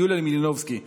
יוליה מלינובסקי קונין,